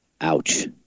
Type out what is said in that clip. Ouch